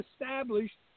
established